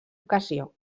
ocasió